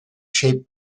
shaped